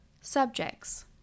subjects